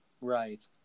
right